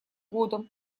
годом